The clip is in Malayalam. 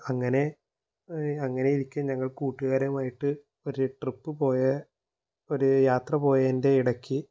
അങ്ങനെ അങ്ങനെ ഇരിക്കെ ഞങ്ങൾ കൂട്ടുകാരുമായിട്ട് ഒരു ട്രിപ്പ് പോയ ഒരു യാത്ര പോയേൻ്റെ ഇടയ്ക്ക്